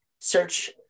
search